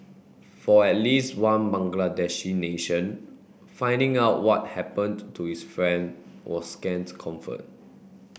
for at least one Bangladeshi nation finding out what happened to his friend was scant comfort